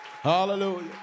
Hallelujah